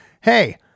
hey